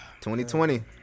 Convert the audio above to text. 2020